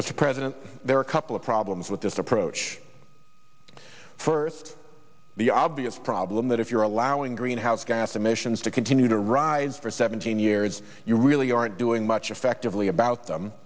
a president there are a couple of problems with this approach first the obvious problem that if you're allowing greenhouse gas emissions to continue to rise for seventeen years you really aren't doing much effectively about